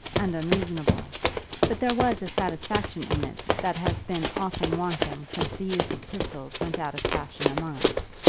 and unreasonable but there was a satisfaction in it that has been often wanting since the use of pistols went out of fashion among us.